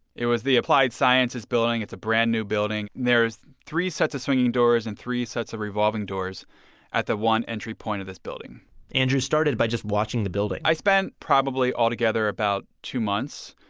it was the applied sciences building, it's a brand new building. there's three sets of swinging doors and three sets of revolving doors at the one entry point of this building andrew started by just by watching the building i spent probably all together about two months,